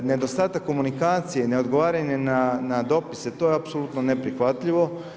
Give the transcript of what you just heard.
Nedostatak komunikacije, ne odgovaranje na dopise to je apsolutno neprihvatljivo.